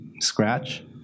scratch